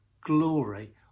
glory